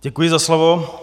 Děkuji za slovo.